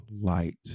light